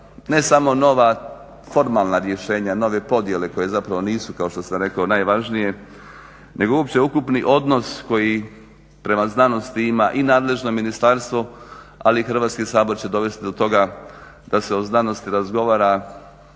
ne samo nova formalna rješenja nove podjele koje nisu kao što sam rekao najvažnije, nego uopće ukupni odnos koji prema znanosti ima i nadležno ministarstvo ali Hrvatski sabor će dovesti do toga da se o znanosti razgovara